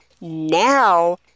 Now